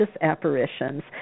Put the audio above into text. apparitions